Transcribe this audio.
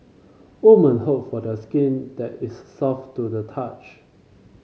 women hope for the skin that is soft to the touch